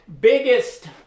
Biggest